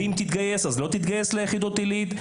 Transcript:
ואם תתגייס, אז לא תתגייס ליחידות עילית.